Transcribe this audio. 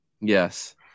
Yes